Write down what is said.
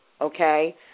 okay